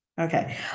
Okay